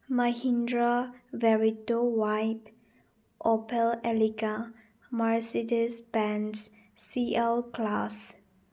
Mahindra Verito white Opel ꯑꯦꯂꯤꯀꯥ Mercedes Benz C L class